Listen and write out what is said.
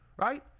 right